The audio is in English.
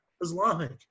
Islamic